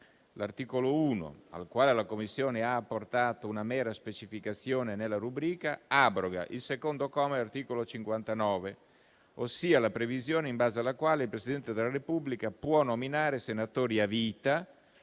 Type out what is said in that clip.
l'articolo 1, al quale la Commissione ha apportato una mera specificazione nella rubrica, abroga il secondo comma dell'articolo 59, ossia la previsione in base alla quale il Presidente della Repubblica può nominare senatori a vita,